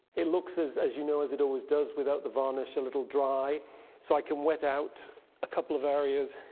it looks as as you know as it always does without the varnish a little dry so i can wet out a couple of areas.